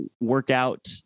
workout